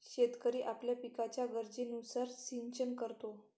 शेतकरी आपल्या पिकाच्या गरजेनुसार सिंचन करतो